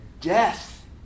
death